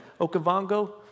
Okavango